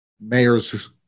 mayors